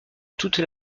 toute